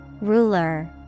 Ruler